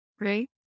right